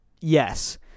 yes